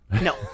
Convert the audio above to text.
No